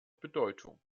bedeutung